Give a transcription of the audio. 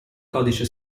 codice